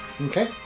Okay